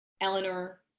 Eleanor